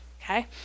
Okay